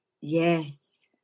Yes